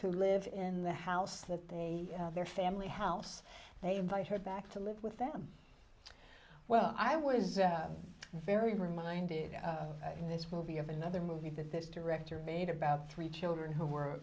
who live in the house that they have their family house they invite her back to live with em well i was very reminded in this movie of another movie that this director made about three children who were